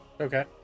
Okay